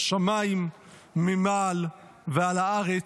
בשמיים ממעל ועל הארץ,